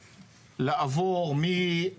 להחזיר אותה לסביבה הן בהצלת מזון,